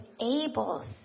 Abel's